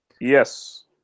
Yes